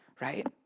right